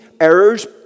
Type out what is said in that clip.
errors